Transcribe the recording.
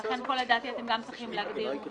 ולכן פה, לדעתי, אתם גם צריכים להגדיר מרחק.